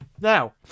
Now